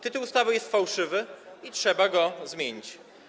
Tytuł ustawy jest fałszywy i trzeba go zmienić.